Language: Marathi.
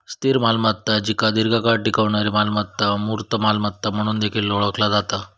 स्थिर मालमत्ता जिका दीर्घकाळ टिकणारी मालमत्ता, मूर्त मालमत्ता म्हणून देखील ओळखला जाता